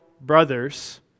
brothers